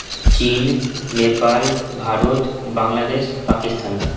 চীন নেপাল ভারত বাংলাদেশ পাকিস্তান